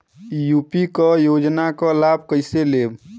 UP क योजना क लाभ कइसे लेब?